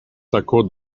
tako